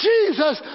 Jesus